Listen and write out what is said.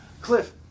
Cliff